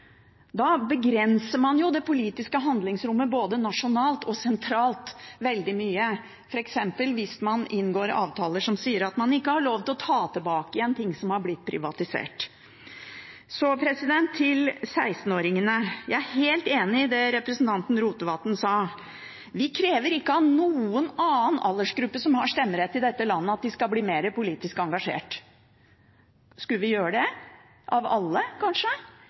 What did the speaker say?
Da begrenser man jo det politiske handlingsrommet både nasjonalt og sentralt veldig mye, f.eks. hvis man inngår avtaler som sier at man ikke har lov til å ta tilbake igjen ting som har blitt privatisert. Så til 16-åringene: Jeg er helt enig i det representanten Rotevatn sa. Vi krever ikke av noen annen aldersgruppe som har stemmerett i dette landet, at de skal bli mer politisk engasjert. Skulle vi gjøre det – av alle, kanskje?